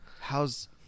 How's